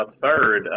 third